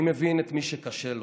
אני מבין את מי שקשה לו,